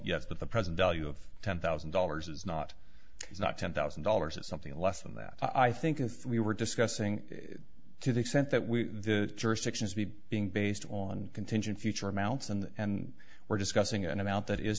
yes but the present value of ten thousand dollars is not it's not ten thousand dollars or something less than that i think if we were discussing to the extent that we jurisdictions be being based on contingent future amounts and we're discussing an amount that is